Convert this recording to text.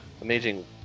Amazing